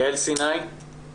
יעל סיני, בבקשה.